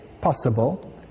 possible